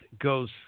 goes